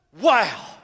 Wow